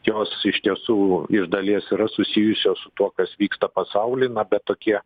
jos iš tiesų iš dalies yra susijusios su tuo kas vyksta pasauly na bet tokie